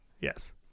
Yes